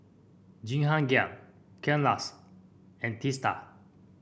Jehangirr Kailash and Teesta